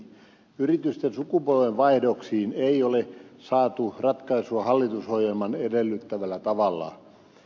yritysten sukupolvenvaihdoksiin ei ole saatu ratkaisua hallitusohjelman edellyttämällä tavalla